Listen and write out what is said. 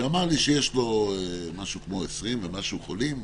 שאמר לי שיש לו משהו כמו 20 ומשהו חולים,